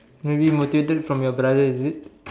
maybe motivated from your brother is it